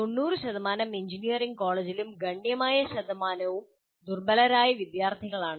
90 engineering കോളേജുകളിലും ഗണ്യമായ ശതമാനവും ദുർബലരായ വിദ്യാർത്ഥികളാണ്